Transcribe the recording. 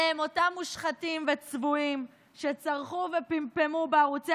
אלה אותם מושחתים וצבועים שצרחו ופמפמו בערוצי